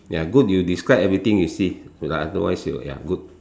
ya good you describe everything you see otherwise you'll ya good